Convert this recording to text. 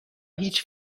هیچ